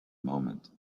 moment